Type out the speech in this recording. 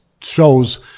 shows